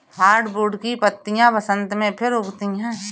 hardwood की पत्तियां बसन्त में फिर उगती हैं